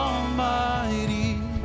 Almighty